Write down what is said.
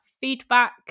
feedback